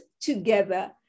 together